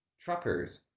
truckers